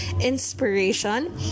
inspiration